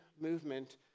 movement